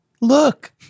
Look